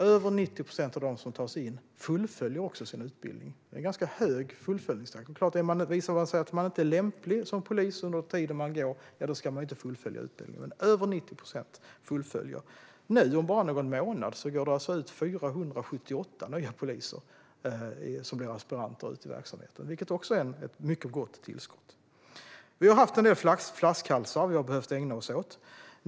Över 90 procent av dem som tas in fullföljer också sin utbildning. Det är en ganska hög andel. Visar man sig inte lämplig som polis under den tid man går utbildningen är det klart att man inte ska fullfölja den. Men över 90 procent fullföljer. Om bara någon månad går 478 nya poliser ut som aspiranter i verksamheten. Det är också ett mycket gott tillskott. Vi har haft en del flaskhalsar som vi har behövt ägna oss åt.